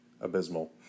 abysmal